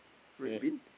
red bin